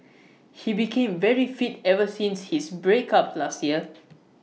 he became very fit ever since his break up last year